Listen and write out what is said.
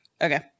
Okay